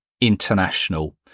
international